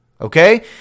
Okay